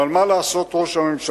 אבל מה לעשות, ראש הממשלה?